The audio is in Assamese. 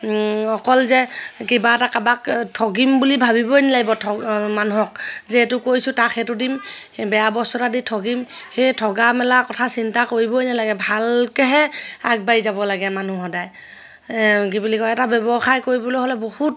অকল যে কিবা এটা কাবাক ঠগিম বুলি ভাবিবই নালাগিব মানুহক যিহেতু কৈছোঁ তাক সেইটো দিম বেয়া বস্তু এটা দি ঠগিম সেই ঠগামেলাৰ কথা চিন্তা কৰিবই নালাগে ভালকেহে আগবাঢ়ি যাব লাগে মানুহ সদায় কি বুলি কয় এটা ব্যৱসায় কৰিবলৈ হ'লে বহুত